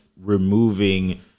removing